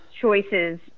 choices